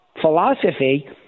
philosophy